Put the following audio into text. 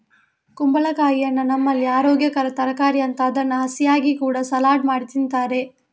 ಕುಂಬಳಕಾಯಿಯನ್ನ ನಮ್ಮಲ್ಲಿ ಅರೋಗ್ಯಕರ ತರಕಾರಿ ಅಂತ ಅದನ್ನ ಹಸಿಯಾಗಿ ಕೂಡಾ ಸಲಾಡ್ ಮಾಡಿ ತಿಂತಾರೆ